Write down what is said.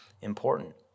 important